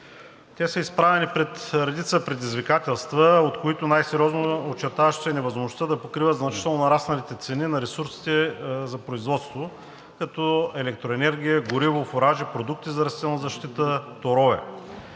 Те са изправени пред редица предизвикателства, от които най-сериозно очертаващото се е невъзможността да покриват значително нарасналите цени на ресурсите за производство, като електроенергия, гориво, фуражи, продукти за растителна защита, торове.